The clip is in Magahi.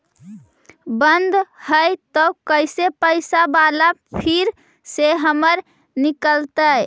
बन्द हैं त कैसे पैसा बाला फिर से हमर निकलतय?